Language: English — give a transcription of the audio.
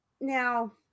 now